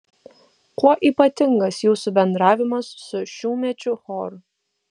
kuo ypatingas jūsų bendravimas su šiųmečiu choru